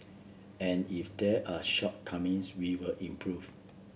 and if there are shortcomings we will improve